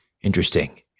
Interesting